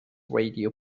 radio